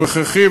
הוא הכרחי.